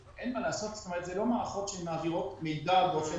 אלה לא מערכות שמעבירות מידע באופן